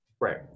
Right